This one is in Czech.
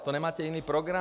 To nemáte jiný program?